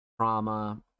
trauma